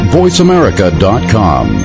voiceamerica.com